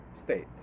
state